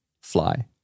fly